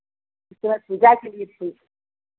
इस समय पूजा के लिए चए